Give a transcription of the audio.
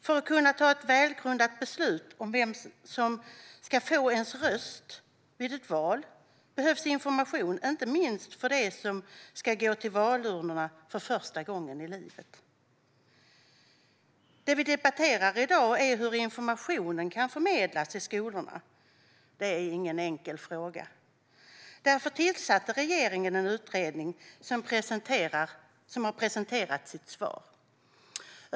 För att kunna fatta ett välgrundat beslut om vem som ska få ens röst vid ett val behövs information, inte minst för dem som ska gå till valurnorna för första gången i sitt liv. Det vi debatterar i dag är hur den informationen kan förmedlas i skolorna. Det är ingen enkel fråga. Därför tillsatte regeringen en utredning, som nu har presenterat sitt förslag.